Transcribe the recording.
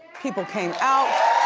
people came out